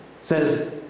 says